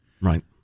right